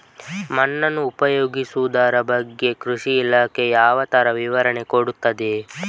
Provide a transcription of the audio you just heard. ಮಣ್ಣನ್ನು ಉಪಯೋಗಿಸುದರ ಬಗ್ಗೆ ಕೃಷಿ ಇಲಾಖೆ ಯಾವ ತರ ವಿವರಣೆ ಕೊಡುತ್ತದೆ?